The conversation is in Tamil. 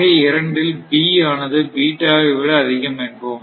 வகை 2 இல் B ஆனது வை விட அதிகம் என்போம்